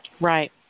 Right